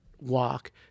walk